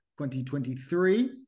2023